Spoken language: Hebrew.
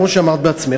כמו שאמרת בעצמך,